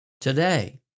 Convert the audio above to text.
today